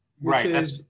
Right